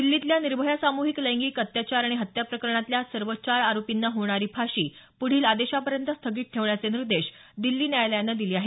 दिल्लीतल्या निर्भया सामुहिक लैंगिक अत्याचार आणि हत्या प्रकरणातल्या सर्व चार आरोपींना होणारी फाशी पुढील आदेशापर्यंत स्थगित ठेवण्याचे निर्देश दिल्ली न्यायालयानं दिले आहेत